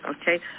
Okay